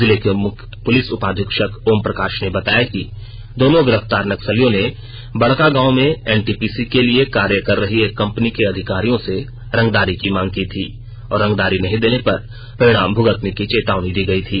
जिले के प्रलिस उपाधीक्षक ओम प्रकाश ने बताया कि दोनों गिरफ्तार नक्सलियों ने बड़कागांव में एनटीपीसी के लिए कार्य कर रही एक कंपनी के अधिकारियों से रंगदारी की मांग की थी और रंगदारी नहीं देने पर परिणाम भूगतने की चेतावनी दी गयी थी